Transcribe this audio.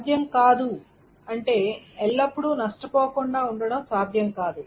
సాధ్యం కాదు అంటే ఎల్లప్పుడూ నష్టపోకుండా ఉండడం సాధ్యం కాదు